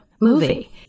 Movie